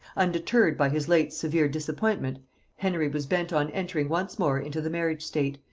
undeterred by his late severe disappointment henry was bent on entering once more into the marriage state,